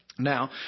Now